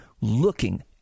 looking